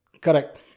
Correct